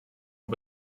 and